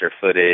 footage